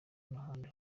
n’ahandi